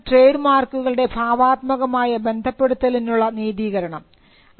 ഇതാണ് ട്രേഡ് മാർക്കുകളുടെ ഭാവാത്മകമായ ബന്ധപ്പെടുത്തലിനുള്ള നീതീകരണം